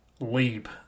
leap